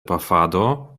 pafado